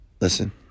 Listen